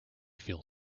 feel